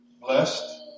Blessed